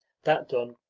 that done,